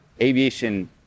aviation